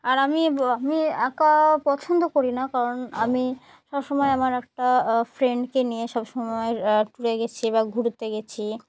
আর আমি আমি একা পছন্দ করি না কারণ আমি সবসময় আমার একটা ফ্রেন্ডকে নিয়ে সবসময় ট্যুরে গিয়েছি বা ঘুরতে গিয়েছি